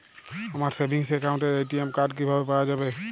আমার সেভিংস অ্যাকাউন্টের ATM card কিভাবে পাওয়া যাবে?